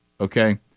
okay